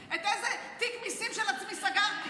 תיק מיסים של עצמי סגרתי